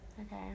Okay